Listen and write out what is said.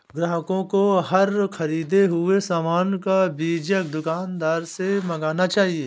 ग्राहकों को हर ख़रीदे हुए सामान का बीजक दुकानदार से मांगना चाहिए